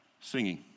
singing